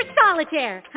solitaire